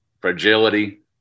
fragility